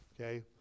Okay